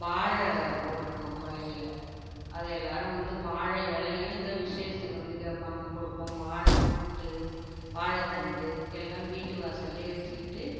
வாழ போட்டிருக்கோம் கொல்லையில் அதை எல்லோரும் வந்து வாழை இலையும் எதோ விசேஷத்துக்கு வந்து கேட்பாங்க கொடுப்போம் வாழை மொட்டு வாழைத்தண்டு எல்லாம் வீட்டு வாசல்லேயே வச்சுக்கிட்டு